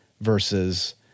versus